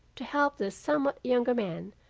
to help the somewhat younger man,